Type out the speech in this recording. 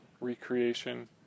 recreation